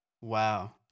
Wow